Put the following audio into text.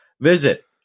visit